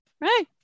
right